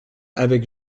avec